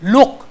Look